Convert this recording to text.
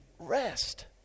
Rest